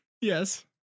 Yes